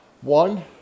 One